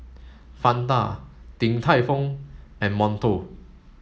Fanta Din Tai Fung and Monto